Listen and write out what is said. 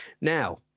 Now